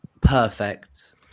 perfect